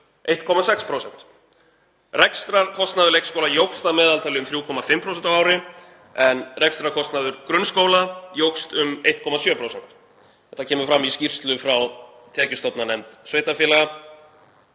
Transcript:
1,6%. Rekstrarkostnaður leikskóla jókst að meðaltali um 3,5% á ári en rekstrarkostnaður grunnskóla jókst um 1,7%. Þetta kemur fram í skýrslu frá tekjustofnanefnd sveitarfélaga.